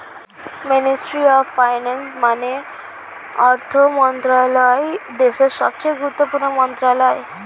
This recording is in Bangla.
মিনিস্ট্রি অফ ফাইন্যান্স মানে অর্থ মন্ত্রণালয় দেশের সবচেয়ে গুরুত্বপূর্ণ মন্ত্রণালয়